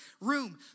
room